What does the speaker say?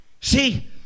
See